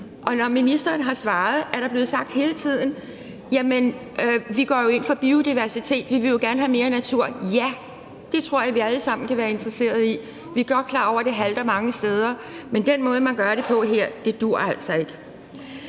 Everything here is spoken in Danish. når ministeren har svaret, jo hele tiden er blevet sagt, at man går ind for biodiversitet, og at man gerne vil have mere natur. Ja, det tror jeg vi alle sammen kan være interesserede i, og vi er godt klar over, at det halter mange steder, men den måde, man her gør det på, duer altså ikke.